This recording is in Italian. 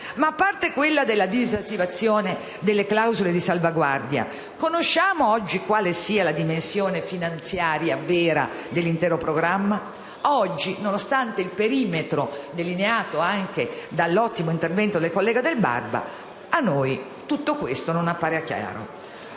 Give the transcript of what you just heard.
Ma, a parte l'entità della disattivazione delle clausole di salvaguardia, conosciamo quale sia la dimensione finanziaria vera dell'intero programma? A oggi, nonostante il perimetro delineato anche dall'ottimo intervento del collega Del Barba, tutto questo non appare chiaro.